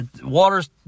waters